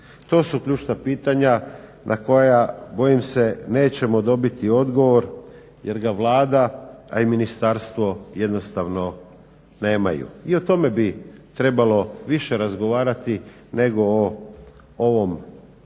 To su ključna pitanja na koja bojim se nećemo dobiti odgovor, jer ga Vlada, a i ministarstvo jednostavno nemaju. I o tome bi trebalo više razgovarati nego o ovom Izvješću.